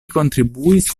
kontribuis